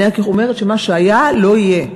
אני רק אומרת שמה שהיה לא יהיה.